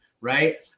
right